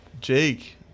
Jake